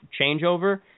changeover